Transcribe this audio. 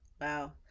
Wow